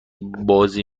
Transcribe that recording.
بازی